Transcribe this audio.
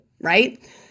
right